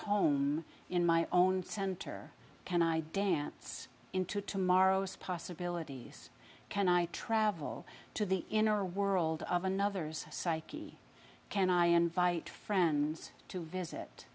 home in my own center can i dance into tomorrow's possibilities can i travel to the inner world of another's psyche can i invite friends to visit